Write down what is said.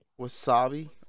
Wasabi